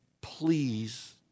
please